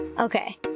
Okay